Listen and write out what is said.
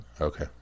Okay